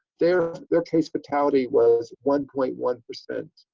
their their case fatality was one point one percent.